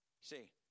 See